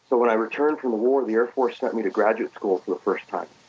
so when i returned from the war, the air force sent me to graduate school for the first time.